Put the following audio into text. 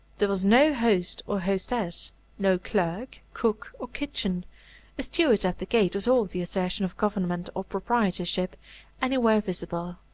there was no host or hostess no clerk, cook, or kitchen a steward at the gate was all the assertion of government or proprietorship anywhere visible.